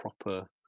proper